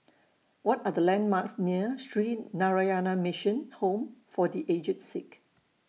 What Are The landmarks near Sree Narayana Mission Home For The Aged Sick